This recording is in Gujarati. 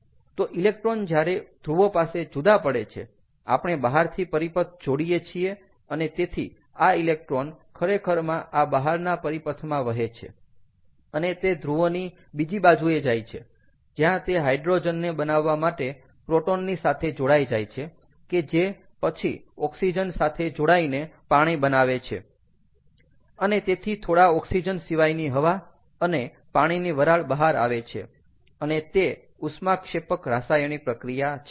તો ઇલેક્ટ્રોન જ્યારે ધ્રુવો પાસે જુદા પડે છે આપણે બહારથી પરિપથ જોડીએ છીએ અને તેથી આ ઇલેક્ટ્રોન ખરેખરમાં આ બહારના પરિપથમાં વહે છે અને તે ધ્રુવોની બીજી બાજુએ જાય છે જ્યાં તે હાઇડ્રોજનને બનાવવા માટે પ્રોટોન ની સાથે જોડાઈ જાય છે કે જે પછી ઓક્સિજન સાથે જોડાઈને પાણી બનાવે છે અને તેથી થોડા ઓક્સિજન સિવાયની હવા અને પાણીની વરાળ બહાર આવે છે અને તે ઉષ્માક્ષેપક રાસાયણિક પ્રક્રિયા છે